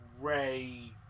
Ray